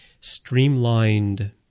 streamlined